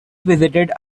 visited